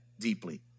deeply